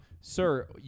sir